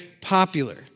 popular